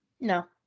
No